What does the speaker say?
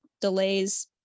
delays